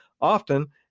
often